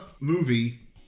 movie